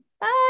bye